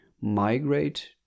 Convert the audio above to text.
migrate